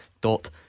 Dot